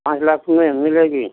पाँच लाख में मिलेगी